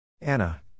Anna